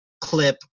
clip